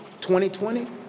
2020